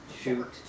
Shoot